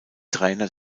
trainer